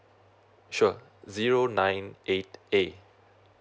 sure zero nine eight A